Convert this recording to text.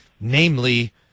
namely